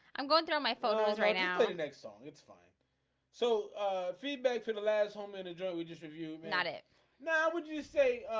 i'm going throw my photos right now the next um it's fine so feedback for the last home and enjoy we just reviewed not it now would you say?